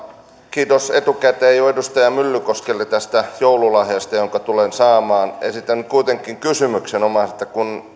kiitos etukäteen jo edustaja myllykoskelle tästä joululahjasta jonka tulen saamaan esitän nyt kuitenkin kysymyksen kun